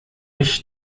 ich